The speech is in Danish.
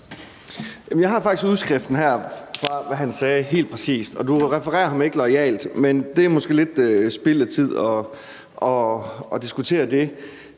Jeg har faktisk udskriften her af, hvad han sagde helt præcist, og du refererer ham ikke loyalt, men det er måske lidt spild af tid at diskutere det.